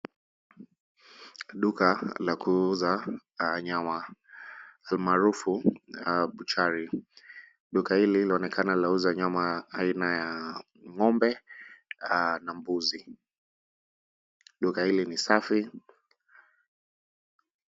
Duka la kuuza nyama almaarufu buchari. Duka hili laonekana lauza nyama aina ya ng'ombe na mbuzi. Duka hili ni safi.